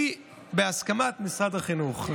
הוא בהסכמת משרד החינוך.